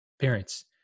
parents